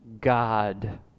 God